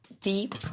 deep